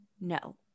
No